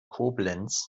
koblenz